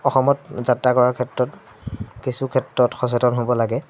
অসমত যাত্ৰা কৰাৰ ক্ষেত্ৰত কিছু ক্ষেত্ৰত সচেতন হ'ব লাগে